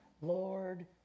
Lord